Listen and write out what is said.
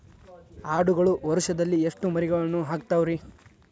ಆಡುಗಳು ವರುಷದಲ್ಲಿ ಎಷ್ಟು ಮರಿಗಳನ್ನು ಹಾಕ್ತಾವ ರೇ?